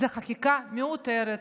זו חקיקה מיותרת,